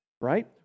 right